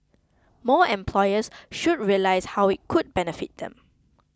more employers should realise how it could benefit them